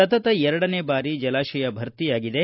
ಸತತ ಎರಡನೇ ಬಾರಿ ಜಲಾಶಯ ಭರ್ತಿಯಾಗಿದೆ